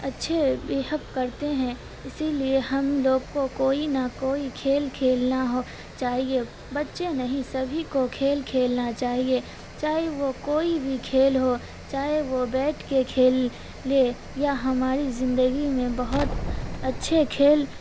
اچھے بیہو کرتے ہیں اسی لیے ہم لوگ کو کوئی نہ کوئی کھیل کھیلنا ہو چاہیے بچے نہیں سبھی کو کھیل کھیلنا چاہیے چاہے وہ کوئی بھی کھیل ہو چاہے وہ بیٹھ کے کھیل لے یا ہماری زندگی میں بہت اچھے کھیل